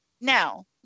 Now